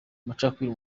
amacakubiri